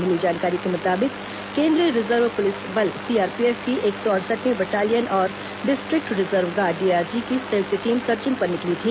मिली जानकारी के मुताबिक केंद्रीय रिजर्व पुलिस बल सीआरपीएफ की एक सौ अड़सठवीं बटालियन और डिस्ट्रिक्ट रिजर्व गार्ड डीआरजी की संयुक्त टीम सर्चिंग पर निकली थी